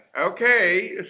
Okay